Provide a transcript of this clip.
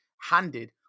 handed